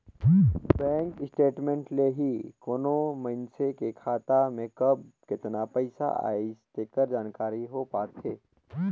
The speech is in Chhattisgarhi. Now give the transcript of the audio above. बेंक स्टेटमेंट ले ही कोनो मइसने के खाता में कब केतना पइसा आइस तेकर जानकारी हो पाथे